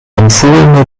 empfohlene